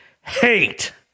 hate